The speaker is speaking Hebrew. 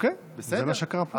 אוקיי, זה מה שקרה פה.